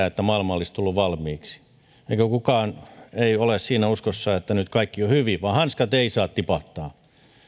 että maailma olisi tullut valmiiksi eikä kukaan ole siinä uskossa että nyt kaikki on hyvin vaan hanskat eivät saa tipahtaa